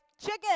Chicken